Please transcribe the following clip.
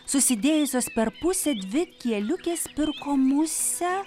susidėjusios per pusę dvi kieliukės pirko musę